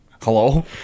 Hello